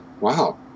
wow